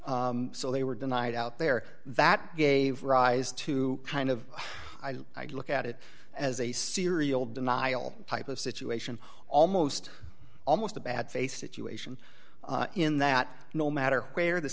so they were denied out there that gave rise to kind of look at it as a serial denial type of situation almost almost a bad face situation in that no matter where the